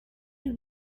you